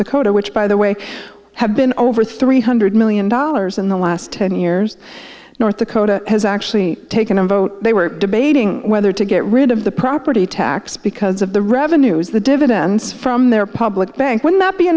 dakota which by the way have been over three hundred million dollars in the last ten years north dakota has actually taken a vote they were debating whether to get rid of the property tax because of the revenues the dividends from their public bank